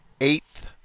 eighth